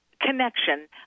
connection